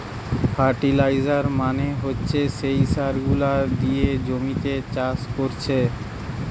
fertiliser মানে হচ্ছে যে সার গুলা দিয়ে জমিতে চাষ কোরছে